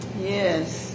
Yes